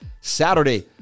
Saturday